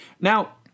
Now